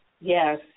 Yes